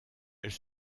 elle